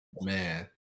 Man